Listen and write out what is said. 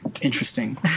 interesting